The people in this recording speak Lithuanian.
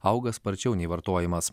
auga sparčiau nei vartojimas